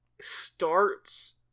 starts